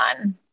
on